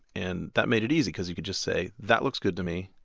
and that made it easy because you could just say, that looks good to me,